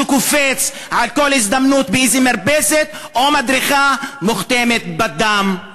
שקופץ על כל הזדמנות באיזו מרפסת או מדרכה מוכתמת בדם.